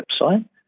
website